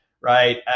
Right